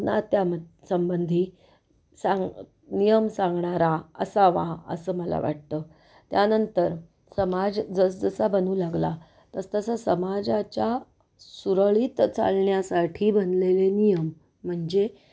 नात्या संबंधी सांग नियम सांगणारा असावा असं मला वाटतं त्यानंतर समाज जसजसा बनू लागला तसतसा समाजाच्या सुरळीत चालण्यासाठी बनलेले नियम म्हणजे